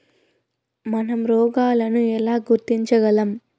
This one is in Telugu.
మనం రోగాలను ఎలా గుర్తించగలం?